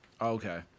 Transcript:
Okay